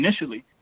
initially